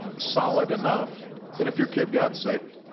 solid enough that if your kid got sick,